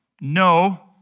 no